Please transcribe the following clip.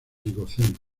oligoceno